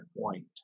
point